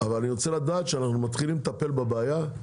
אבל אני רוצה לדעת שאנחנו מתחילים לטפל בבעיה.